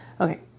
Okay